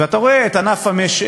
ואתה רואה את ענף החלב,